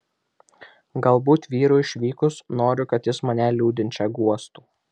galbūt vyrui išvykus noriu kad jis mane liūdinčią guostų